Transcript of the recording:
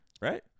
right